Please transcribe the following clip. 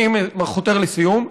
אני חותר לסיום.